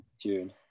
June